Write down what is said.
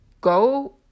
go